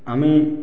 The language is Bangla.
আমি